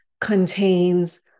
contains